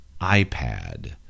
iPad